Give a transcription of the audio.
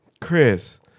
Chris